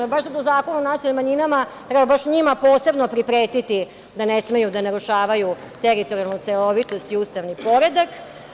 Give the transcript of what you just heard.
Ili, baš sad u zakonu o nacionalnim manjinama treba baš njima posebno pripretiti da ne smeju da narušavaju teritorijalnu celovitost i ustavni poredak?